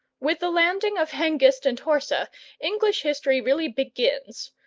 with the landing of hengist and horsa english history really begins,